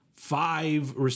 Five